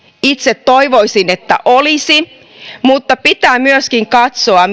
itse toivoisin että olisi mutta pitää myöskin katsoa